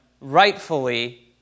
rightfully